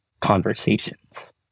conversations